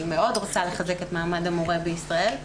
אני מאוד רוצה לחזק את מעמד המורה בישראל,